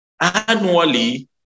annually